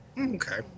Okay